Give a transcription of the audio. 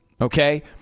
okay